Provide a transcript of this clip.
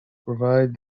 provide